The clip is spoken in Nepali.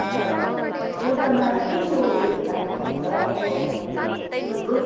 योगामा के के उयोहरू राख्नुभएको छ सिकाउनुको लागि कोर्सेसहरू